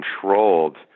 controlled